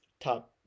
top